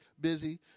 busy